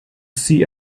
see